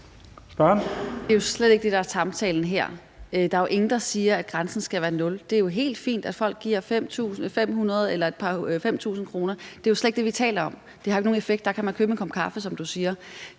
Det er jo slet ikke det, der er samtalen her. Der er jo ingen, der siger, at grænsen skal være 0 kr. Det er helt fint, at folk giver 500 kr. eller 5.000 kr. Det er slet ikke det, vi taler om; det har jo ikke nogen effekt – der kan man købe en kop kaffe, som du siger.